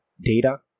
data